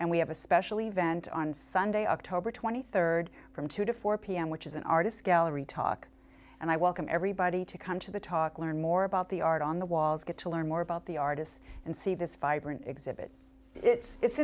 and we have a special event on sunday october twenty third from two to four pm which is an artist's gallery talk and i welcome everybody to come to the talk learn more about the art on the walls get to learn more about the artists and see this fiber an exhibit it's